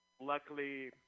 luckily